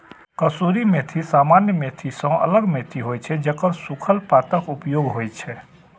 कसूरी मेथी सामान्य मेथी सं अलग मेथी होइ छै, जेकर सूखल पातक उपयोग होइ छै